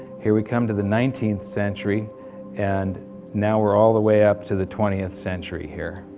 here we come to the nineteenth century and now we're all the way up to the twentieth century here.